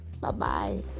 Bye-bye